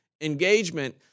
engagement